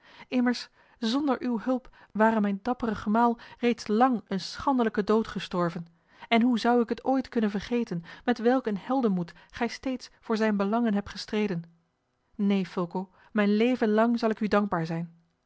immers zonder uwe hulp ware mijn dappere gemaal reeds lang een schandelijken dood gestorven en hoe zou ik het ooit kunnen vergeten met welk een heldenmoed gij steeds voor zijne belangen hebt gestreden neen fulco mijn leven lang zal ik u dankbaar zijn